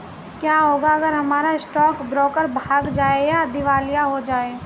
क्या होगा अगर हमारा स्टॉक ब्रोकर भाग जाए या दिवालिया हो जाये?